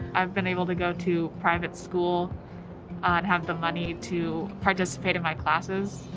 i've been able to go to private school and have the money to participate in my classes.